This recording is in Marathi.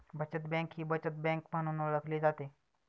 बचत बँक ही बचत बँक म्हणून ओळखली जाते